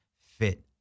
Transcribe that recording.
fit